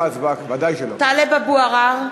טלב אבו עראר,